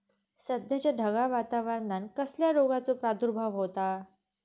सध्याच्या ढगाळ वातावरणान कसल्या रोगाचो प्रादुर्भाव होता?